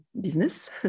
business